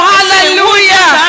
Hallelujah